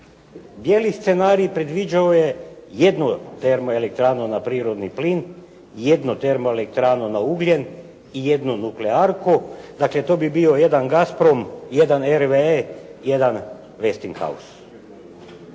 Bijeli scenarij predviđao je jednu termoelektranu na prirodni plin, jednu termoelektranu na ugljen i jednu nuklearku. Dakle, to bi bio "Jedan Gasprom, jedan RV-e, jedan Westing hous".